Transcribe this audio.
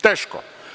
Teško.